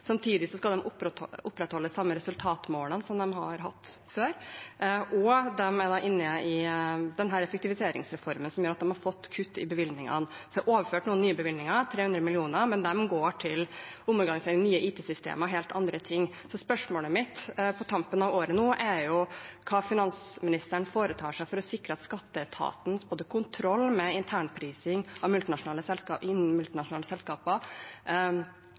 Samtidig skal de opprettholde de samme resultatmålene som de har hatt før, og de er inne i denne effektiviseringsreformen, noe som gjør at de har fått kutt i bevilgningene. Så er det overført noen nye bevilgninger, 300 mill. kr, men de går til omorganisering, nye IT-systemer og helt andre ting. Så spørsmålet mitt nå på tampen av året er: Hva foretar finansministeren seg for å sikre at både skatteetatens kontroll med internprising innen multinasjonale